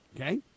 Okay